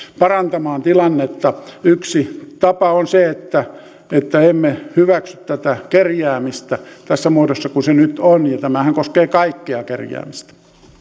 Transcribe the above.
parantamaan tilannetta yksi tapa on se että että emme hyväksy tätä kerjäämistä tässä muodossa kuin se nyt on ja tämähän koskee kaikkea kerjäämistä